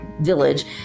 village